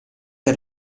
per